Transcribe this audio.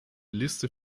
liste